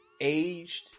aged